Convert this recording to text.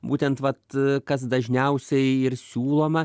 būtent vat kas dažniausiai ir siūloma